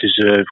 deserve